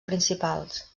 principals